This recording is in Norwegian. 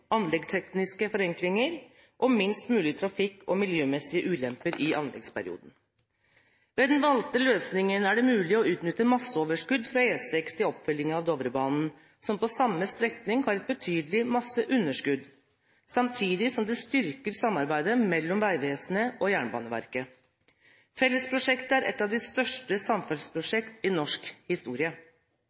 anleggstekniske forenklinger og minst mulig trafikk og miljømessige ulemper i anleggsperioden. Med den valgte løsningen er det mulig å utnytte masseoverskudd fra E6 til oppfylling av Dovrebanen, som på samme strekning har et betydelig masseunderskudd, samtidig som det styrker samarbeidet mellom Vegvesenet og Jernbaneverket. Fellesprosjektet er et av de største samferdselsprosjekter i norsk historie.